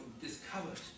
discovered